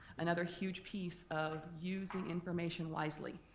another huge piece of using information wisely.